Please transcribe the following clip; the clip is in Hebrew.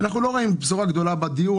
אנחנו לא ראינו בשורה גדולה בדיור.